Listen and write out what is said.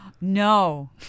No